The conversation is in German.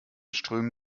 strömen